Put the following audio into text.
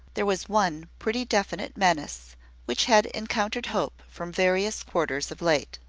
there was one pretty definite menace which had encountered hope from various quarters of late.